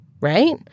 right